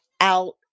out